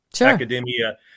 academia